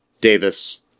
Davis